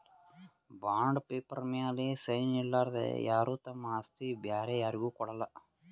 bond paper ಮ್ಯಾಲ್ sign ಇರಲಾರ್ದೆ ಯಾರು ತಮ್ ಆಸ್ತಿ ಬ್ಯಾರೆ ಯಾರ್ಗು ಕೊಡಲ್ಲ